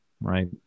right